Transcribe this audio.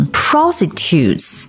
prostitutes